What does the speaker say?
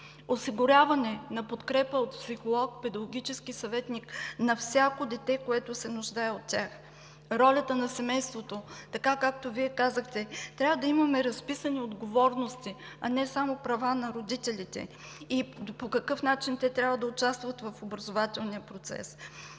осигуряване на подкрепа от психолог, педагогически съветник на всяко дете, което се нуждае от тях, ролята на семейството. Така, както Вие казахте, трябва да имаме разписани отговорности, а не само права на родителите и по какъв начин те трябва да участват в образователния процес.